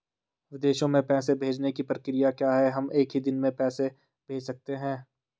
विदेशों में पैसे भेजने की प्रक्रिया क्या है हम एक ही दिन में पैसे भेज सकते हैं?